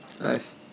Nice